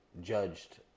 judged